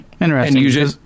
Interesting